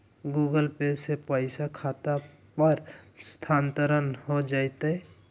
Google Pay से पईसा खाता पर स्थानानंतर हो जतई?